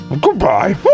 goodbye